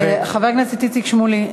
חבר הכנסת איציק שמולי,